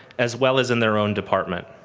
as well as in their own department.